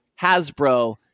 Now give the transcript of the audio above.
Hasbro